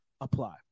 apply